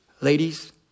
Ladies